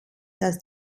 dass